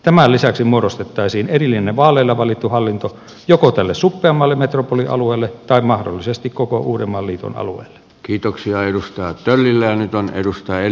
tämän lisäksi muodostettaisiin erillinen vaaleilla valittu hallinto joko tälle suppeammalle metropolialueelle tai mahdollisesti koko uudenmaan liiton halua kiitoksia edustaa tyylilleen edustaja alueelle